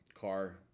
car